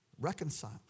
reconcile